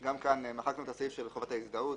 גם כאן מחקנו את הסעיף של חובת ההזדהות